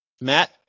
Matt